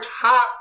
top